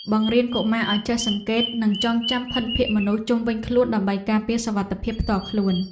បង្រៀនកុមារឱ្យចេះសង្កេតនិងចងចាំភិនភាគមនុស្សជុំវិញខ្លួនដើម្បីការពារសុវត្ថិភាពផ្ទាល់ខ្លួន។